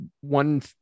one